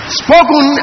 spoken